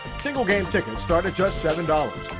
single game tickets start at just seven dollars.